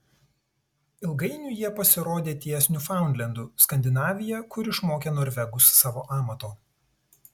ilgainiui jie pasirodė ties niufaundlendu skandinavija kur išmokė norvegus savo amato